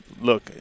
look